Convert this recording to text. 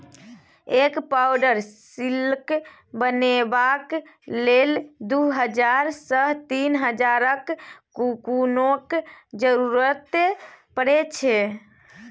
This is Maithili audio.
एक पाउंड सिल्क बनेबाक लेल दु हजार सँ तीन हजारक कोकुनक जरुरत परै छै